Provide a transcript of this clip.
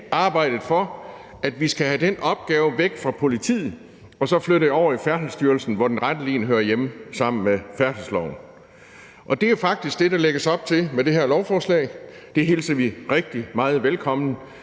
arbejdet for, at vi skulle have den opgave væk fra politiet og flyttet over i Færdselsstyrelsen, hvor den retteligen hører hjemme sammen med færdselsloven. Og det er faktisk det, der lægges op til med det her lovforslag. Det hilser vi rigtig meget velkommen.